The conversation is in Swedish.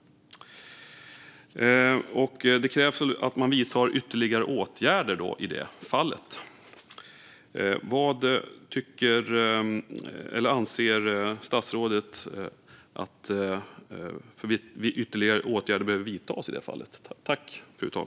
Det krävs att man vidtar ytterligare åtgärder i det fallet. Vilka ytterligare åtgärder anser statsrådet behöver vidtas?